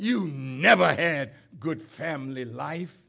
you never had a good family life